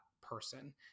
person